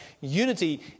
unity